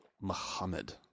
Muhammad